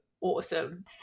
awesome